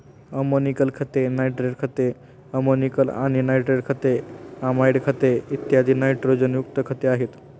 ammoniacal खते, nitrate खते, ammoniacal आणि नायट्रेट खते, अमाइड खते, इत्यादी नायट्रोजनयुक्त खते आहेत